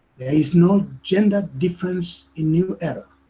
there is no gender difference in new era.